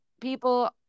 people